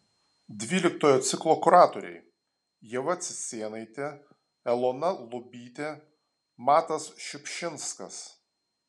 dvyliktojo ciklo kuratoriai ieva cicėnaitė elona lubytė matas šiupšinskas